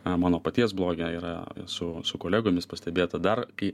mano paties bloge yra su su kolegomis pastebėta dar kai